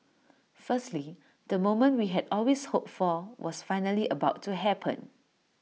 firstly the moment we had always hoped for was finally about to happen